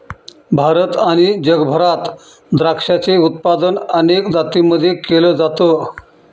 भारत आणि जगभरात द्राक्षाचे उत्पादन अनेक जातींमध्ये केल जात